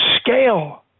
scale